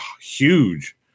huge